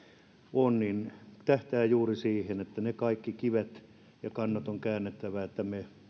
on tähtää juuri siihen että ne kaikki kivet ja kannot on käännettävä että me tämän